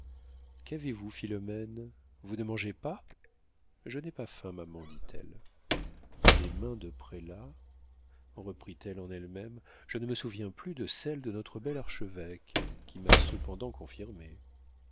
qu'avez-vous philomène vous ne mangez pas je n'ai pas faim maman dit-elle des mains de prélat reprit-elle en elle-même je ne me souviens plus de celles de notre bel archevêque qui m'a cependant confirmée